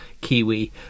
Kiwi